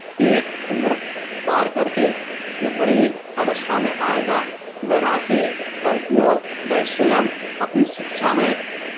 एक उम्र पार कर के जब बड़ी अवस्था में आएगा तो वह राशि का उपयोग वह स्वयं अपनी शिक्षा में